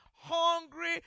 hungry